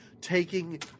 taking